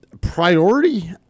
Priority